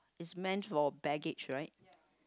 is meant for baggage right